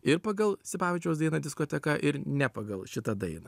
ir pagal sipavičiaus dainą diskoteka ir ne pagal šitą dainą